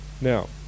Now